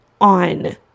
on